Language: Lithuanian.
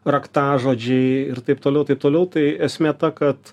raktažodžiai ir taip toliau taip toliau tai esmė ta kad